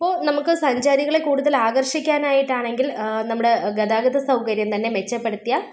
ഇപ്പോൾ നമുക്ക് സഞ്ചാരികളെ കൂടുതൽ ആകർഷിക്കാനായിട്ടാണെങ്കിൽ നമ്മുടെ ഗതാഗത സൗകര്യം തന്നെ മെച്ചപ്പെടുത്തിയാൽ